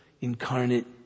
incarnate